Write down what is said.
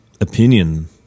opinion